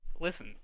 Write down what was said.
Listen